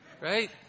Right